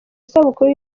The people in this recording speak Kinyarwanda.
isabukuru